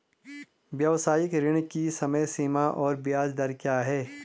व्यावसायिक ऋण की समय सीमा और ब्याज दर क्या है?